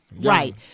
Right